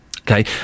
Okay